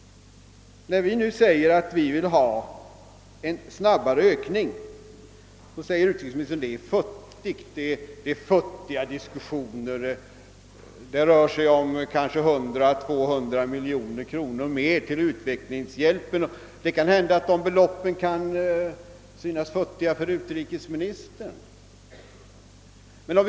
När vi nu uttalar att vi vill ha en snabbare ökning, så säger utrikesministern att det är futtiga diskussioner — det rör sig måhända om 100 å 200 miljoner kronor. Det kan hända att dessa belopp synes utrikesministern futtiga.